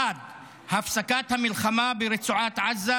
1. הפסקת המלחמה ברצועת עזה,